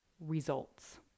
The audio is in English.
results